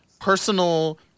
personal